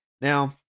Now